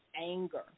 anger